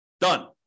Done